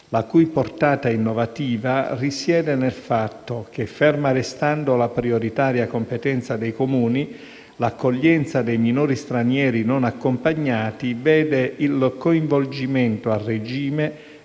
la cui portata innovativa risiede nel fatto che, ferma restando la prioritaria competenza dei Comuni, l'accoglienza dei minori stranieri non accompagnati vede il coinvolgimento a regime